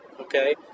okay